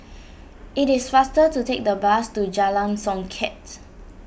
it is faster to take the bus to Jalan Songket